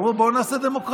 הם אמרו: בואו נעשה דמוקרטיה,